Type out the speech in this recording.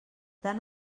tant